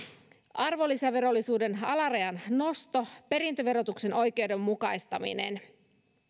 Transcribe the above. arvonlisäverollisuuden alarajan nosto perintöverotuksen oikeudenmukaistaminen